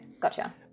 Gotcha